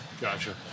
gotcha